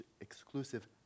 exclusive